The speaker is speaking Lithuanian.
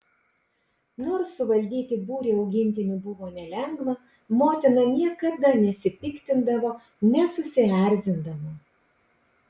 nors suvaldyti būrį augintinių buvo nelengva motina niekada nesipiktindavo nesusierzindavo